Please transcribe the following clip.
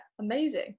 amazing